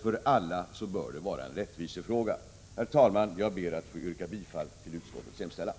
För alla bör det vara en rättvisefråga. Herr talman! Jag ber att få yrka bifall till utskottets hemställan.